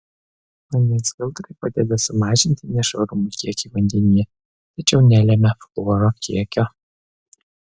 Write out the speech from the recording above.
vandens filtrai padeda sumažinti nešvarumų kiekį vandenyje tačiau nelemia fluoro kiekio